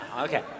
okay